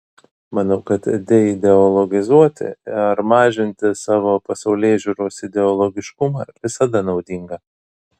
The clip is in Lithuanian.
manau kad deideologizuoti ar mažinti savo pasaulėžiūros ideologiškumą visada naudinga